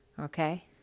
Okay